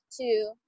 two